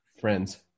friends